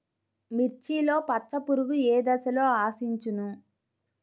మిర్చిలో పచ్చ పురుగు ఏ దశలో ఆశించును?